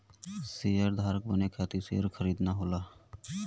शेयरधारक बने खातिर शेयर खरीदना होला